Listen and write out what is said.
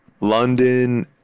London